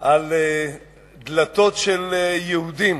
על דלתות של יהודים